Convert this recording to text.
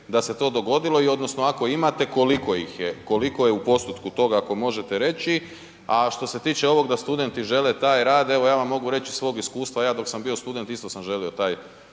da se to dogodilo i odnosno ako imate koliko ih je, koliko je u postotku toga? Ako možete reći. A što se tiče ovoga da studenti žele taj rad, evo ja vam mogu reći iz svog iskustva ja dok sam bio student isto sam želio taj